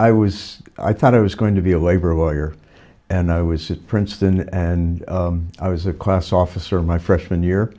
i was i thought i was going to be a labor lawyer and i was just princeton and i was a class officer my freshman year